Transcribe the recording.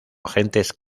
agentes